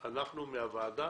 ב', אנחנו מהוועדה